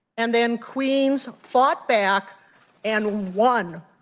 and then queens fought back and one.